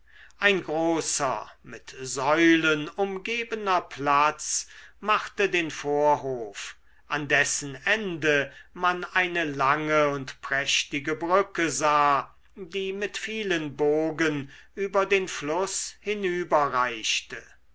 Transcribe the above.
ein großer mit säulen umgebener platz machte den vorhof an dessen ende man eine lange und prächtige brücke sah die mit vielen bogen über den fluß